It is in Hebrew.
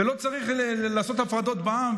ולא צריך לעשות הפרדות בעם,